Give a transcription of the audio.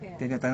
ya